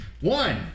One